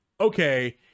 okay